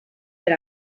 per